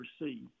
receive